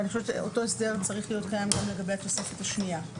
ואני חושבת שאותו הסדר צריך להיות קיים גם לגבי התוספת השנייה,